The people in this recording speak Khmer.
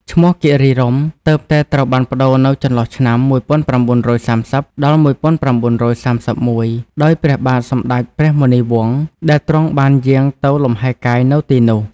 ឈ្មោះ "គិរីរម្យ" ទើបតែត្រូវបានប្ដូរនៅចន្លោះឆ្នាំ ១៩៣០-១៩៣១ ដោយព្រះបាទសម្តេចព្រះមុនីវង្ស ដែលទ្រង់បានយាងទៅលំហែកាយនៅទីនោះ។